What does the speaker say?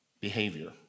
behavior